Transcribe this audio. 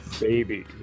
baby